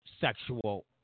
sexual